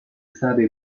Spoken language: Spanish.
sabe